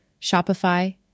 Shopify